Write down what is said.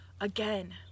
again